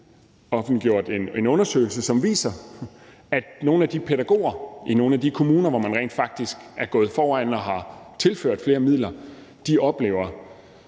Google offentliggjort en undersøgelse, som viser, at nogle af de pædagoger i nogle af de kommuner, hvor man rent faktisk er gået foran og har tilført flere midler, oplever